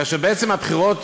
כאשר בעצם הבחירות